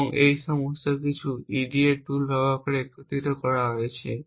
এবং এই সমস্ত কিছু EDA টুল ব্যবহার করে একত্রিত করা হয়েছে